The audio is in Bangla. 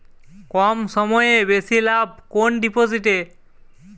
কম সময়ে বেশি লাভ কোন ডিপোজিটে?